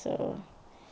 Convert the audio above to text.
mmhmm